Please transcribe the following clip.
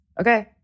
Okay